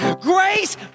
Grace